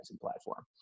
platform